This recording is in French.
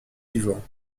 vivant